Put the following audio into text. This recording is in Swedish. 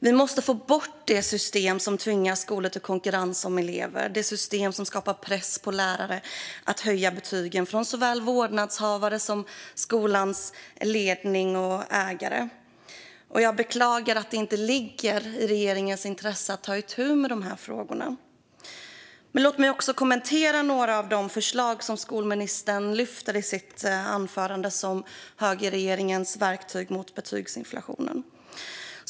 Vi måste få bort det system som tvingar skolor till konkurrens om elever, det system som skapar press från såväl vårdnadshavare som skolans ledning och ägare på lärare att höja betygen. Jag beklagar att det inte ligger i regeringens intresse att ta itu med dessa frågor. Låt mig också kommentera några av de förslag som skolministern lyfter i sitt anförande, som högerregeringens verktyg mot betygsinflationen.